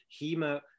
Hema